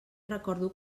recordo